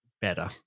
better